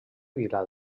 vila